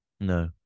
No